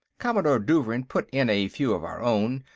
commander douvrin put in a few of our own,